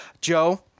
Joe